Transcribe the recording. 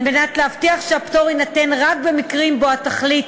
כדי להבטיח שהפטור יינתן רק במקרים שבהם התכלית,